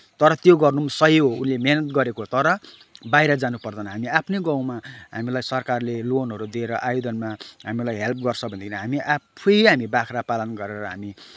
तर त्यो गर्नु पनि सही हो उसले मिहिनेत गरेको हो तर बाहिर जानपर्दैन हामी आफ्नै गाउँमा हामीलाई सरकारले लोनहरू दिएर आइरनमा हामीलाई हेल्प गर्छ भने हामी आफै हामी बाख्रा पालन गरेर हामी